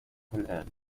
الآن